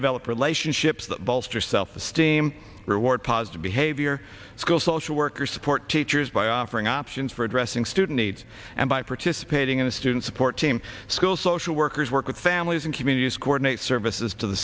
develop relationships that bolster self esteem reward positive behavior school social worker support teachers by offering options for addressing student needs and by participating in a student support team school social workers work with families and communities coordinate services to the